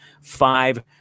five